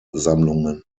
sammlungen